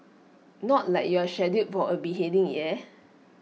not like you're scheduled for A beheading eh